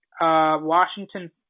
Washington